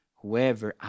whoever